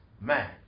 man